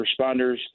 responders